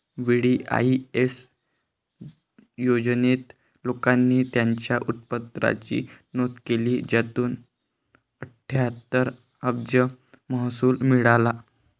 VDIS योजनेत, लोकांनी त्यांच्या उत्पन्नाची नोंद केली, ज्यातून अठ्ठ्याहत्तर अब्ज महसूल मिळाला